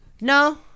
No